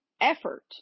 effort